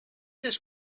this